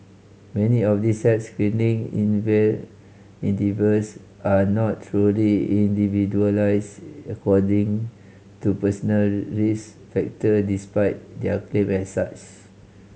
many of these health screening endeavours are not truly individualised according to personal risk factor despite their claim as such